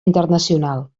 internacional